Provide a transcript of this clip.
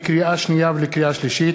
לקריאה שנייה ולקריאה שלישית,